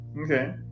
Okay